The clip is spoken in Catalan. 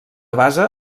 base